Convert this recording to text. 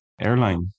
airline